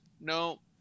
no